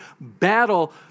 battle